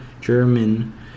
German